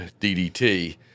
DDT